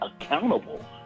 accountable